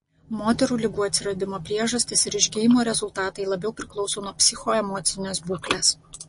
moterų ligų atsiradimo priežastys ir išgijimo rezultatai labiau priklauso nuo psichoemocinės būklės